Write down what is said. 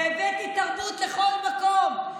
להביא תקציבים לפריפריה,